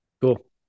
cool